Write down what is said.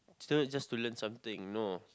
still just to learn something no